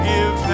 Give